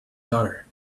daughter